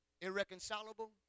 Irreconcilable